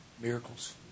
Miracles